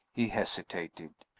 he hesitated.